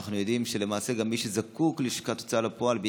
אנחנו יודעים שמי שזקוק ללשכת ההוצאה לפועל הם